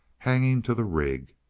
hanging to the rig.